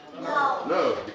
No